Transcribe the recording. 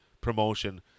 promotion